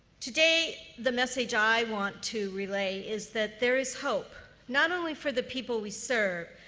today, the message i want to relay is that there is hope, not only for the people we serve,